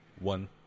one